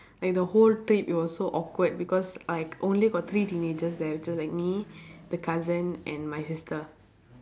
like the whole trip it was so awkward because like only got three teenagers there which is like me the cousin and my sister